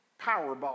Powerball